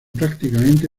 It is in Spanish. prácticamente